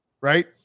right